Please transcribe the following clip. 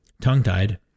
tongue-tied